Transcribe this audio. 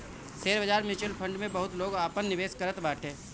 share बाजार, mutual fund में बहुते लोग आपन निवेश करत बाटे